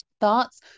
thoughts